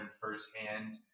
firsthand